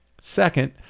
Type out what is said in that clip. Second